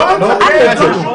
אף אחד לא אומר את זה.